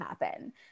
happen